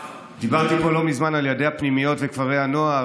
דיברתי פה לא מזמן על ילדי הפנימיות וכפרי הנוער.